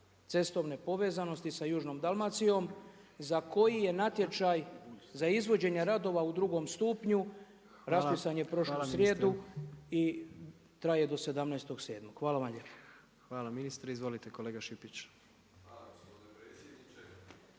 cestovne povezanosti sa južnom Dalmacijom za koji je natječaj za izvođenje radova u drugom stupnju, raspisan je prošlu srijedu i traje do 17. 7. Hvala vam lijepo. **Jandroković, Gordan (HDZ)** Hvala, ministre.